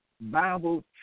Bible